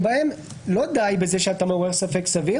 הגנות בהן לא די בזה שאתה מעורר ספק סביר